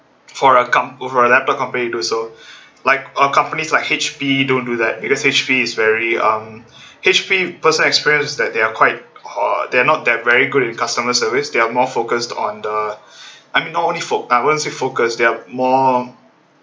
for a com~ for a laptop company also like uh companies like H_P don't do that because H_P is very um H_P personal experience is that they are quite uh they're not they're very good in customer service they are more focused on the I mean not only for I won't say focus they are more